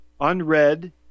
unread